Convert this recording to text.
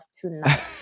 tonight